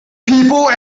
people